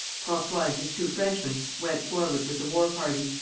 francois and his two frenchmen went forward with the war party,